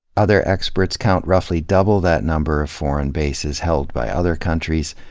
other experts count roughly double that number of foreign bases held by other countries,